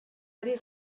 ari